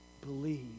believe